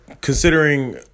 considering